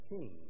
King